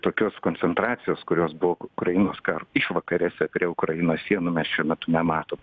tokios koncentracijos kurios buvo ukrainos karo išvakarėse prie ukrainos sienų mes šiuo metu nematom